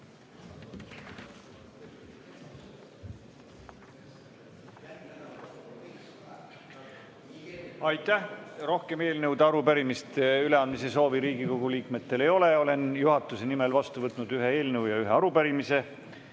Aitäh! Rohkem eelnõude ja arupärimiste üleandmise soovi Riigikogu liikmetel ei ole. Olen juhatuse nimel vastu võtnud ühe eelnõu ja ühe arupärimise.